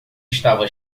estava